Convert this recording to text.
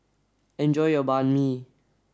enjoy your Banh Mi